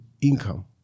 income